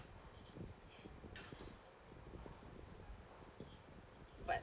but